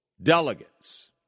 Delegates